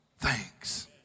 thanks